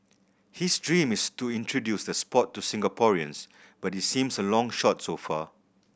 his dream is to introduce the sport to Singaporeans but it seems a long shot so far